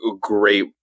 great